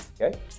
Okay